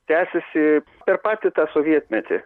tęsiasi per patį tą sovietmetį